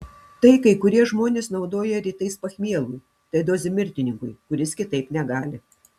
tai kai kurie žmonės naudoja rytais pachmielui tai dozė mirtininkui kuris kitaip negali